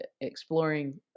exploring